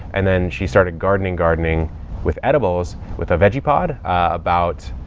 and then she started gardening, gardening with edibles with a vegepod about,